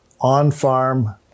on-farm